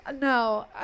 no